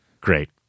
Great